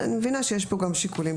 אני מבינה שיש פה גם שיקולים